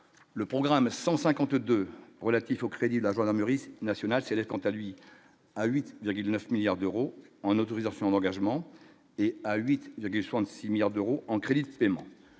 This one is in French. le programme 152 relatifs au crédit de la gendarmerie nationale s'élève, quant à lui à 8,9 milliards d'euros en autorisation d'engagement et à 8 degrés question : de 6 milliards d'euros en crédit en soit